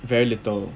very little